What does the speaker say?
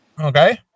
Okay